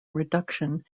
reduction